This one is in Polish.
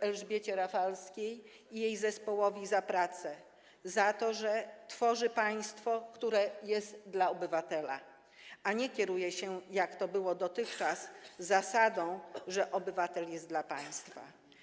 Elżbiecie Rafalskiej i jej zespołowi za pracę, za to, że tworzy państwo, które jest dla obywatela, a nie kieruje się, jak to było dotychczas, zasadą, że obywatel jest dla państwa.